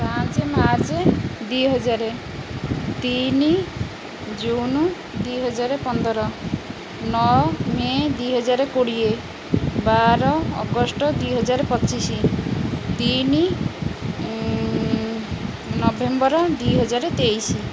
ପାଞ୍ଚ ମାର୍ଚ୍ଚ ଦୁଇହଜାର ତିନି ଜୁନ ଦୁଇହଜାର ପନ୍ଦର ନଅ ମେ ଦୁଇହଜାର କୋଡ଼ିଏ ବାର ଅଗଷ୍ଟ ଦୁଇହଜାର ପଚିଶି ତିନି ନଭେମ୍ବର ଦୁଇହଜାର ତେଇଶି